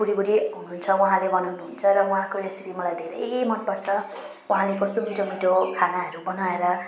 बुढी बुढी हुनुहुन्छ उहाँले बनाउनुहुन्छ र उहाँको रेसिपी मलाई धेरै मन पर्छ उहाँले कस्तो मिठो मिठो खानाहरू बनाएर